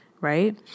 Right